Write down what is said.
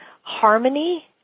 harmony